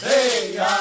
Hey